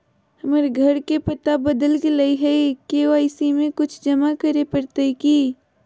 हमर घर के पता बदल गेलई हई, के.वाई.सी में कुछ जमा करे पड़तई की?